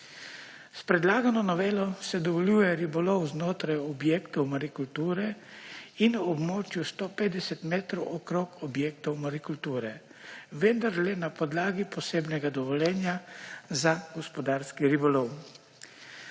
S predlagano novelo se dovoljuje ribolov znotraj objektov marikulture in območju 150 metrov okrog objektov marikulture, vendar le na podlagi posebnega dovoljenja za gospodarski ribolov.